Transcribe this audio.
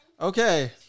Okay